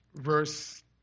verse